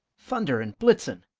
thunder and blitzen!